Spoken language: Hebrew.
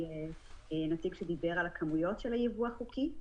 מנציג שדיבר על כמויות של היבוא החוקי.